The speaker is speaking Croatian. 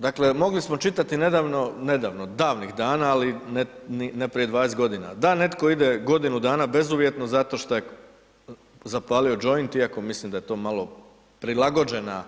Dakle, mogli smo čitati nedavno, davnih dana, ali ne prije 20.g. da netko ide godinu dana bezuvjetno zato šta je zapalio joint iako mislim da je to malo prilagođena